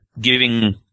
giving